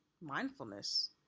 mindfulness